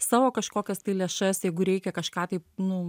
savo kažkokias tai lėšas jeigu reikia kažką taip nu